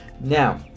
Now